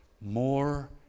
More